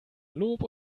lob